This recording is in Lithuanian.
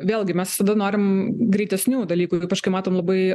vėlgi mes tada norim greitesnių dalykų ir ypač kai matom labai